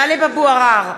טלב אבו עראר,